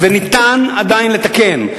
וניתן עדיין לתקן.